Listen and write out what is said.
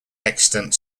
extant